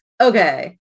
okay